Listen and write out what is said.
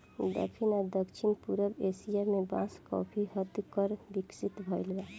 दखिन आ दक्षिण पूरब एशिया में बांस काफी हद तक विकसित भईल बा